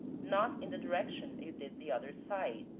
not in the direction you did the other side,